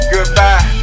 Goodbye